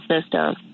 system